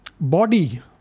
body